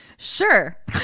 Sure